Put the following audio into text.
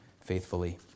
faithfully